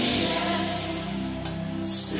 yes